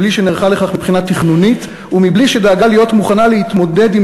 בלי שנערכה לכך מבחינה תכנונית ובלי שדאגה להיות מוכנה להתמודד עם